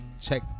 Check